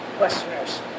westerners